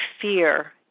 fear